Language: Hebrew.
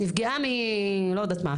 נפגעה מלא יודעת מה,